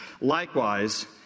Likewise